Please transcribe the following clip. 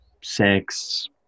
sex